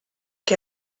que